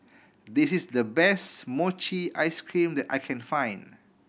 this is the best mochi ice cream that I can find